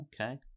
Okay